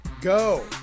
go